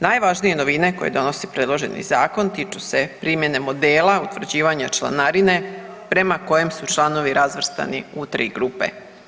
Najvažnije novine koje donosi predloženi zakon tiču se primjene modela utvrđivanja članarine prema kojem su članovi razvrstani u tri grupe.